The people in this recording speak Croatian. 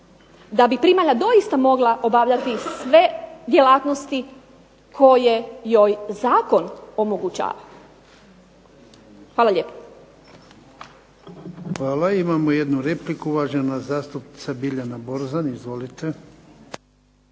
da bi primalja doista mogla obavljati sve djelatnosti koje joj zakon omogućava. Hvala lijepo. **Jarnjak, Ivan (HDZ)** Hvala. Imamo jednu repliku, uvažena zastupnica Biljana Borzan. Izvolite.